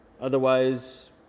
Otherwise